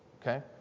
Okay